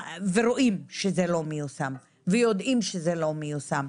רואים ויודעים שזה לא מיושם.